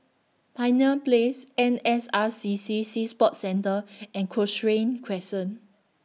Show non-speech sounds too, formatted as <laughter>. Pioneer Place N S R C C Sea Sports Centre <noise> and Cochrane Crescent